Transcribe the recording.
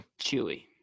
chewy